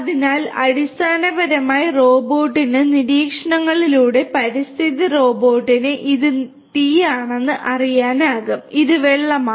അതിനാൽ അടിസ്ഥാനപരമായി റോബോട്ടിന് നിരീക്ഷണങ്ങളിലൂടെ പരിസ്ഥിതി റോബോട്ടിന് ഇത് തീയാണെന്ന് അറിയാനാകും ഇത് വെള്ളമാണ്